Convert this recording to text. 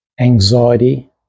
anxiety